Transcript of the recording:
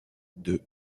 deux